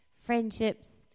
friendships